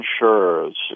insurers